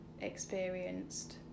experienced